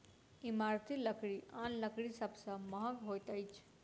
इमारती लकड़ी आन लकड़ी सभ सॅ महग होइत अछि